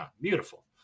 Beautiful